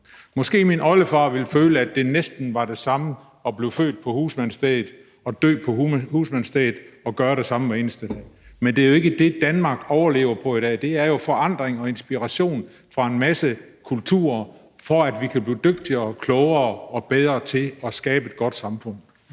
Måske min oldefar ville føle, at det næsten var det samme at blive født på husmandsstedet og dø på husmandsstedet og gøre det samme hver eneste dag. Men det er jo ikke det, Danmark overlever på i dag; det er jo forandring og inspiration fra en masse kulturer, så vi kan blive dygtigere og klogere og bedre til at skabe et godt samfund.